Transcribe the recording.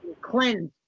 cleanse